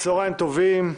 צהריים טובים,